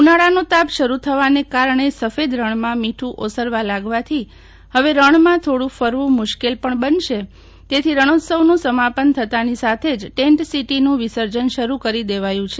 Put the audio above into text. ઉનાળાનો તાપ શરૂ થવાને કારણે સફેદ રણમાં મીઠું ઓસરવા લાગવાથી હવે રણમાં થોડું ફરવું મુશ્કેલ પણ બનશે તેથી રણોત્સવનું સમાપન થતાની સાથે જ ટેન્ટસીટીનું વિસર્જન શરૂ કરી દેવાયું છે